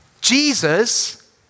Jesus